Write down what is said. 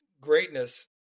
greatness